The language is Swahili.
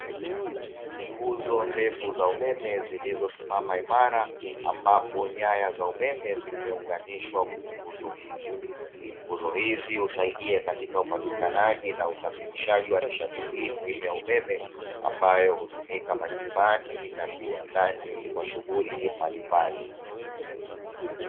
Nguzo ndefu za umeme zilizosimama imara ambapo nyaya za umeme zimeunganishwa kwenye nguzo hizo; nguzo hizi husaidia katika upatikanaji na usafirishaji wa nishati hii muhimu ya umeme, ambayo hutumika majumbani na viwandani kwa shughuli mbalimbali.